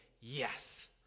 yes